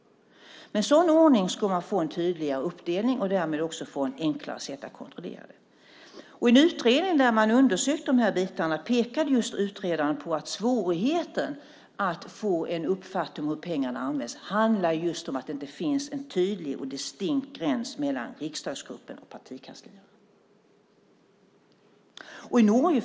Med en sådan ordning skulle man få en tydligare uppdelning och därmed också enklare kunna kontrollera det. I en utredning där man undersökt de här bitarna pekade utredaren på att svårigheten att få en uppfattning om hur pengarna används handlar om att det inte finns en tydlig och distinkt gräns mellan riksdagsgruppen och partikansliet. Fru talman!